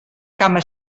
cama